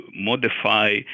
modify